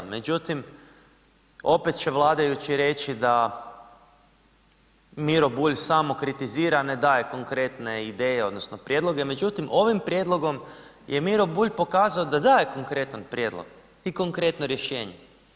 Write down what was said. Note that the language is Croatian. Međutim, opet će vladajući reći da Miro Bulj samo kritizira, a ne daje konkretne ideje, odnosno prijedloge, međutim, ovim prijedlogom je Miro Bulj pokazao da daje konkretan prijedlog i konkretno rješenje.